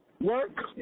Work